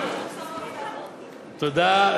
תודה.